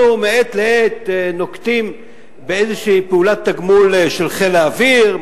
אנחנו מעת לעת נוקטים איזו פעולת תגמול של חיל האוויר,